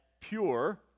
pure